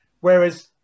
Whereas